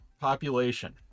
population